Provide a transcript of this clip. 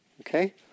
Okay